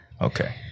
Okay